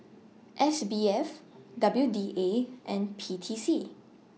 S B F W D A and P T C